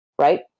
right